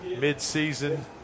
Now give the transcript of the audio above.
mid-season